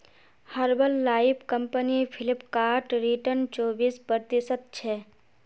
herbal life company Flipkart return चोबीस प्रतिशतछे